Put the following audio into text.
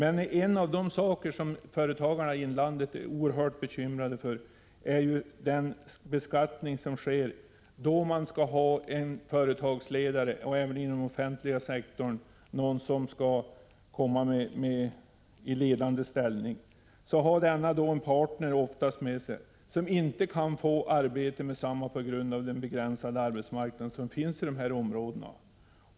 En av de saker som företagarna i inlandet är oerhört bekymrade över är beskattningen. Då man skall anställa en företagsledare eller någon person i ledande ställning inom den offentliga sektorn, har denne oftast en partner med sig som inte kan få arbete på grund av den begränsade arbetsmarknaden idessa områden.